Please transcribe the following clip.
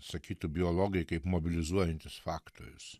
sakytų biologai kaip mobilizuojantis faktorius